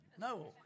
no